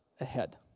ahead